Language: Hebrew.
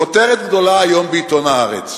כותרת גדולה היום בעיתון "הארץ"